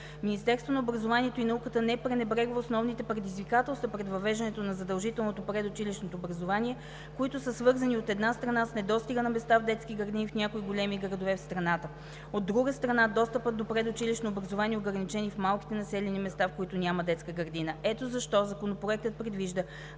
Министерството на образованието и науката не пренебрегва основните предизвикателства пред въвеждането на задължителното предучилищно образование, които са свързани, от една страна, с недостига на места в детски градини в някои големи градове в страната. От друга страна, достъпът до предучилищно образование е ограничен и в малките населени места, в които няма детска градина. Ето защо се предлага